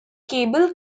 cable